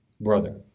brother